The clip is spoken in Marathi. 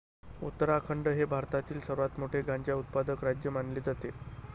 उत्तराखंड हे भारतातील सर्वात मोठे गांजा उत्पादक राज्य मानले जाते